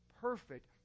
perfect